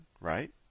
right